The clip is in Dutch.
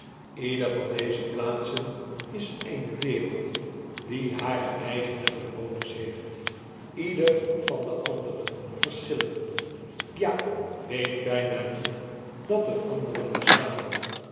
ieder van deze plaatsen is eene wereld die hare eigene bewoners heeft ieder van de anderen verschillend ja weet byna niet dat er anderen bestaan